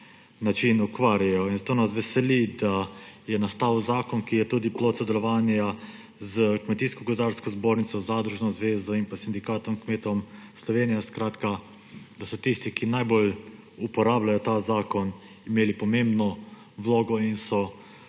način ukvarjajo. Zato nas veseli, da je nastal zakon, ki je tudi plod sodelovanja s Kmetijsko gozdarsko zbornico, Zadružno zvezo in Sindikatom kmetov Slovenije. Skratka, da so tisti, ki najbolj uporabljajo ta zakon, imeli pomembno vlogo in so